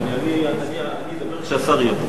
אני אדבר כשהשר יהיה.